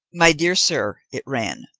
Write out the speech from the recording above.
my dear sir, it ran,